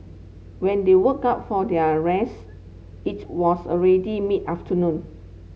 when they woke up for their rest it was already mid afternoon